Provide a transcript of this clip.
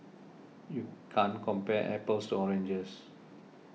you can't compare apples to oranges